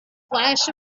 flash